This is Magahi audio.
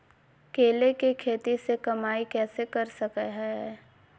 केले के खेती से कमाई कैसे कर सकय हयय?